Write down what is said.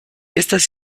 estas